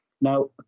Now